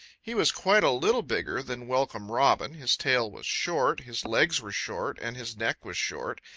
he was quite a little bigger than welcome robin, his tail was short, his legs were short, and his neck was short.